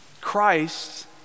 Christ